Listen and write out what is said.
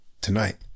tonight